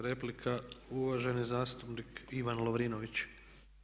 Replika uvaženi zastupnik Ivan Lovrinović.